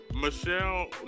Michelle